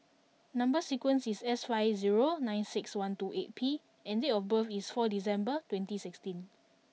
number sequence is S five zero nine six one two eight P and date of birth is four December twenty sixteen